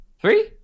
Three